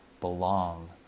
belong